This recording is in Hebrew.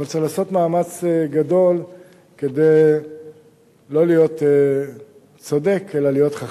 אבל צריך לעשות מאמץ גדול כדי לא להיות צודק אלא להיות חכם.